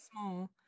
small